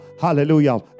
hallelujah